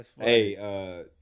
Hey